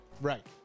Right